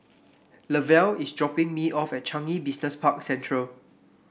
Lavelle is dropping me off at Changi Business Park Central